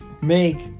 make